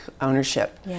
ownership